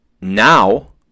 now